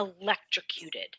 electrocuted